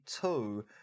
two